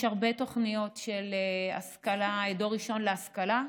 יש הרבה תוכניות של דור ראשון להשכלה.